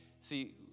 See